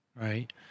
Right